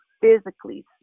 physically